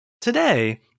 Today